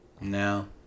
No